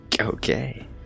Okay